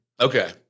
Okay